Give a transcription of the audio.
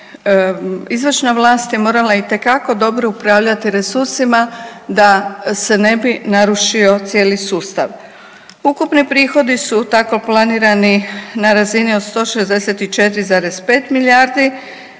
izvršna vlast je morala itekako dobro upravljati resursima da se ne bi narušio cijeli sustav. Ukupni prihodi su tako planirani na razini od 164,5 milijardi